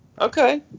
Okay